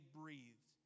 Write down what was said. breathe